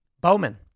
Bowman